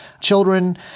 children